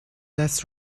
less